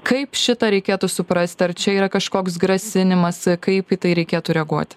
kaip šitą reikėtų suprasti ar čia yra kažkoks grasinimas kaip į tai reikėtų reaguoti